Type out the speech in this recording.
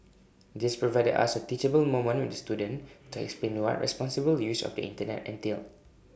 this provided us A teachable moment with the student to explain what responsible use of the Internet entailed